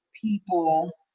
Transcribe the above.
people